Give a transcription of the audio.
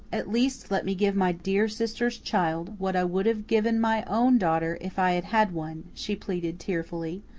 at least let me give my dear sister's child what i would have given my own daughter if i had had one, she pleaded tearfully.